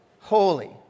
holy